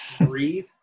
breathe